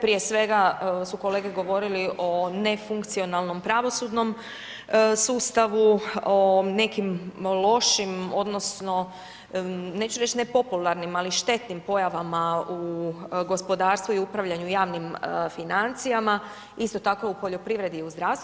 Prije svega su kolege govorili o nefunkcionalnom pravosudnom sustavu, o nekim lošim odnosno neću reći nepopularnim, ali štetnim pojavama u gospodarstvu i upravljanju javnim financijama, isto tako u poljoprivredi i u zdravstvu.